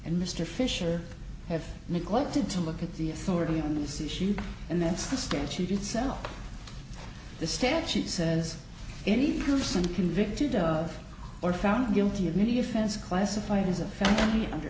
and mr fisher have neglected to look at the authority on this issue and that's the stand she did sell the statute says any person convicted of or found guilty of many offense classified as a family under